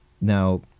Now